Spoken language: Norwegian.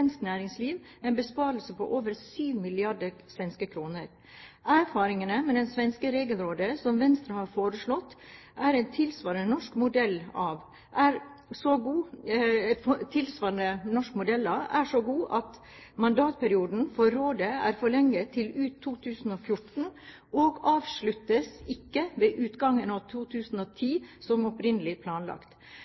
næringsliv en besparelse på over 7 mrd. svenske kroner. Erfaringene med det svenske regelrådet, som Venstre har foreslått en tilsvarende norsk modell av, er så gode at mandatperioden for rådet er forlenget til ut 2014, og avsluttes ikke ved utgangen av 2010, som opprinnelig planlagt.